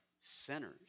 sinners